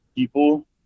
People